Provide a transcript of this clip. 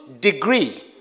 degree